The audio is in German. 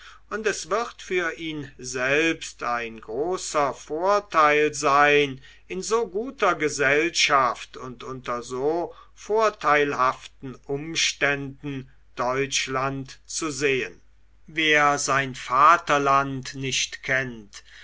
und es wird für ihn selbst ein großer vorteil sein in so guter gesellschaft und unter so vorteilhaften umständen deutschland zu sehen wer sein vaterland nicht kennt